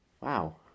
Wow